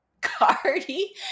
Cardi